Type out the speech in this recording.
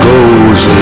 Goes